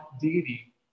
deity